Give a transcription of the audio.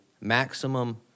maximum